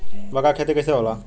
मका के खेती कइसे होला?